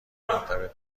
مرتبط